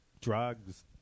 drugs